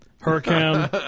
Hurricane